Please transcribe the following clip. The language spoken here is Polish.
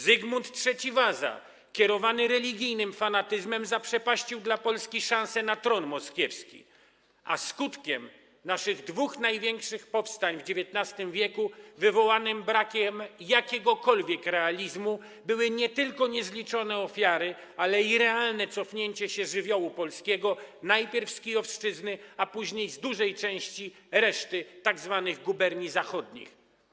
Zygmunt III Waza, kierowany religijnym fanatyzmem, zaprzepaścił dla Polski szanse na tron moskiewski, a skutkiem naszych dwóch największych powstań w XIX w., co było wywołane brakiem jakiegokolwiek realizmu, były nie tylko niezliczone ofiary, ale i realne cofnięcie się żywiołu polskiego najpierw z Kijowszczyzny, a później z dużej części reszty tzw. guberni zachodnich.